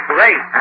Great